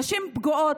אלה נשים פגועות,